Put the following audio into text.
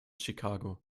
chicago